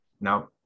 now